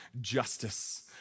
justice